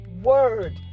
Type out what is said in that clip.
Word